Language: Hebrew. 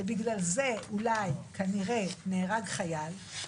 בגלל זה אולי כנראה נהרג חייל,